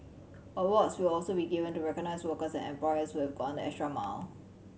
awards will also be given to recognise workers and employers who have gone the extra mile